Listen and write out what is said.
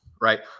Right